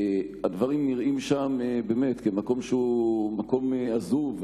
הדברים נראים שם כמקום עזוב,